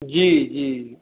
जी जी